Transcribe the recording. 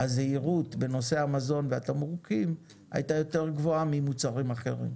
הזהירות בנושא המזון והתמרוקים הייתה יותר גבוהה ממוצרים אחרים.